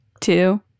two